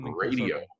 radio